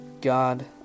God